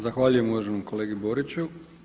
Zahvaljujem uvaženom kolegi Boriću.